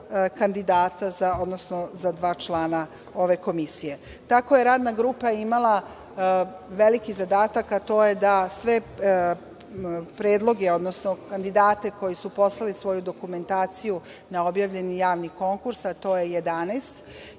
kandidata, odnosno za dva člana ove Komisije. Tako je Radna grupa imala veliki zadatak, a to je da sve predloge, odnosno kandidate koji su poslali svoju dokumentaciju na objavljeni javni konkurs, a to je 11,